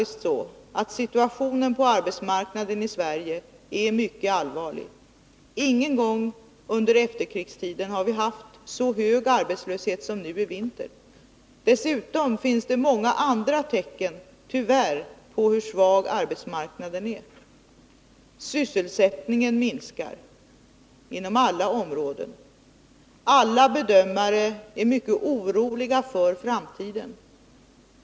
Situationen på arbetsmarknaden i Sverige är mycket allvarlig. Ingen gång under efterkrigstiden har vi haft så hög arbetslöshet som nu i vinter. Dessutom finns det många andra tecken på hur svag arbetsmarknaden är. Sysselsättningen minskar inom de flesta områden. Alla bedömare är mycket oroliga för framtiden.